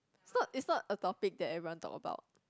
it's not it's not a topic that everyone talk about